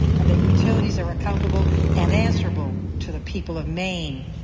and that utilities are accountable and answerable to the people of maine.